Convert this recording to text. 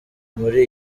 muri